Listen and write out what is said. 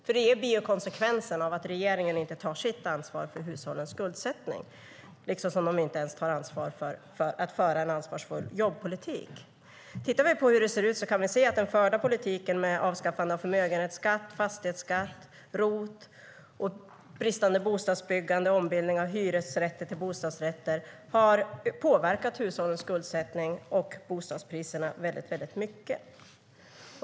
Det blir ju konsekvensen av att regeringen inte tar sitt ansvar för hushållens skuldsättning, liksom de inte tar ansvar för att föra en ansvarsfull jobbpolitik. Tittar vi på hur det ser ut kan vi se att den förda politiken med avskaffande av förmögenhetsskatt och fastighetsskatt, ROT och bristande bostadsbyggande samt ombildning av hyresrätter till bostadsrätter har påverkat hushållens skuldsättning och bostadspriserna väldigt mycket.